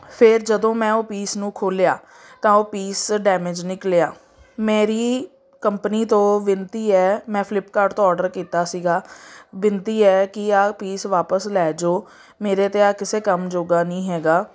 ਫਿਰ ਜਦੋਂ ਮੈਂ ਉਹ ਪੀਸ ਨੂੰ ਖੋਲਿਆ ਤਾਂ ਉਹ ਪੀਸ ਡੈਮੇਜ ਨਿਕਲਿਆ ਮੇਰੀ ਕੰਪਨੀ ਤੋਂ ਬਿਨਤੀ ਹੈ ਮੈਂ ਫਲਿੱਪਕਾਰਟ ਤੋਂ ਔਡਰ ਕੀਤਾ ਸੀਗਾ ਬਿਨਤੀ ਹੈ ਕਿ ਆਹ ਪੀਸ ਵਾਪਸ ਲੈ ਜਾਓ ਮੇਰੇ ਤਾਂ ਆਹ ਕਿਸੇ ਕੰਮ ਜੋਗਾ ਨਹੀਂ ਹੈਗਾ